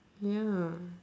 ya